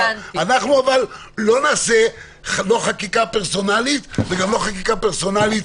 אבל אנחנו לא נעשה חקיקה פרסונלית וגם לא חקיקה פרסונלית,